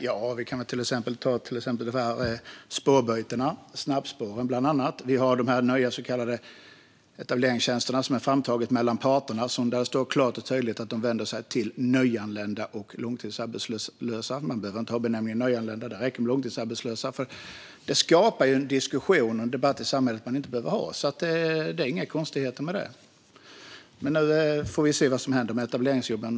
Herr talman! Ja, vi kan till exempel ta spårbytena, bland annat snabbspåren. Vi har de nya så kallade etableringstjänsterna, som är framtagna mellan parterna, där det står klart och tydligt att de vänder sig till nyanlända och långtidsarbetslösa. Man behöver inte ha benämningen nyanlända; det räcker med långtidsarbetslösa. Annars skapar man en diskussion och en debatt i samhället som man inte behöver ha. Det är inga konstigheter med det. Men vi får se vad som händer med etableringsjobben.